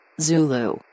Zulu